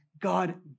God